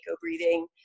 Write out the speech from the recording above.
breathing